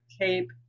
tape